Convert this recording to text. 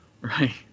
Right